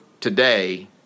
Today